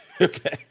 Okay